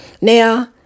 Now